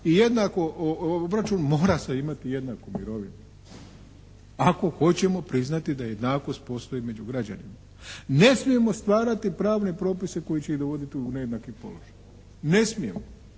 i jednako obračun mora se imati jednaku mirovinu ako hoćemo priznati da jednakost postoji među građanima. Ne smijemo stvarati pravne propise koji će ih dovoditi u nejednaki položaj. Ne smijemo.